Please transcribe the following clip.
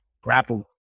grapple